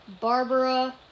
Barbara